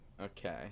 okay